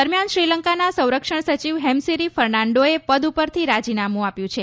દરમિયાન શ્રીલંકાના સંરક્ષણ સચિવ હેમસિરી ફર્નાન્ડોએ પદ પરથી રાજીનામું આપ્યું છે